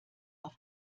auf